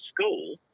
school